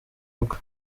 rwe